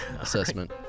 assessment